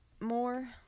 more